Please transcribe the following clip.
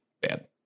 Bad